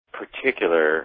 particular